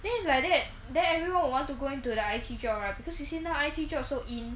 then if like that then everyone would want to go into the I_T job right because you see now the I_T job so in